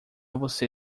você